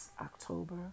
October